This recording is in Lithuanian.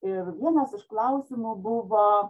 ir vienas iš klausimų buvo